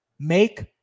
Make